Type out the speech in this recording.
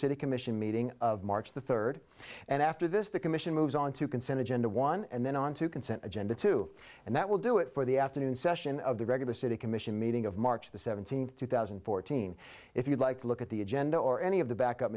city commission meeting of marks the third and after this the commission moves on to consent agenda one and then onto consent agenda two and that will do it for the afternoon session of the regular city commission meeting of march the seventeenth two thousand and fourteen if you'd like to look at the agenda or any of the back up